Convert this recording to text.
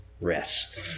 rest